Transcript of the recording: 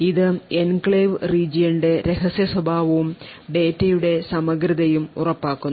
ഇത് enclave region ന്റെ രഹസ്യസ്വഭാവവും ഡാറ്റയുടെ സമഗ്രതയും ഉറപ്പാക്കുന്നു